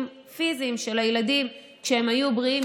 פיזיים של הילדים כשהם היו בריאים,